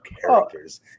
characters